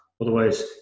Otherwise